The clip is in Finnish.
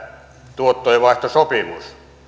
tuottojenvaihtosopimuksen